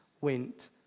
went